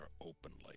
openly